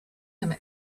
him